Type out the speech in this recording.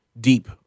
deep